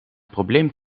probleem